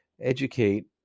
educate